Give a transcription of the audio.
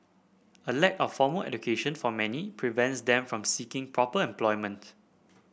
a lack of formal education for many prevents them from seeking proper employment